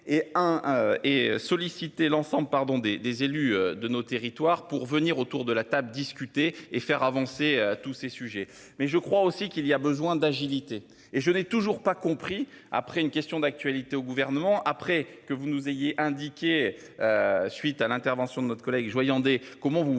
et sollicité l'ensemble pardon des des élus de nos territoires pour venir autour de la table, discuter et faire avancer. Tous ces sujets, mais je crois aussi qu'il y a besoin d'agilité et je n'ai toujours pas compris après une question d'actualité au gouvernement après que vous nous ayez. Suite à l'intervention de notre collègue Joyandet. Comment vous voyez